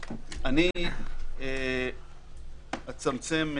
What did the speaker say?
אצמצם,